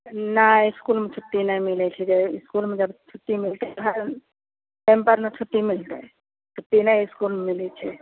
नहि इसकुलमे छुट्टी नहि मिलै छै जे इसकुलमे जब छुट्टी मिलतै रह टाइमपर ने छुट्टी मिलतै छुट्टी नहि इसकुलमे मिलै छै